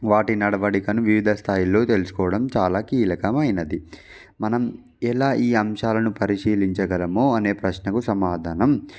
వాటి నడవడికను వివిధ స్థాయిల్లో తెలుసుకోవడం చాలా కీలకమైనది మనం ఎలా ఈ అంశాలను పరిశీలించగలమో అనే ప్రశ్నకు సమాధానం